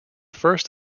first